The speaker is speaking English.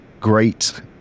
great